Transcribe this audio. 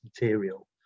material